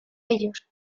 ellos